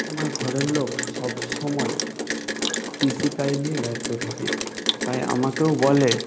আমার ঘরের লোক সবসময় কৃষিকাজ নিয়ে ব্যস্ত থাকে তাই আমাকেও বলে